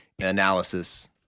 analysis